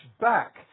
back